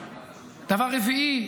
דבר רביעי,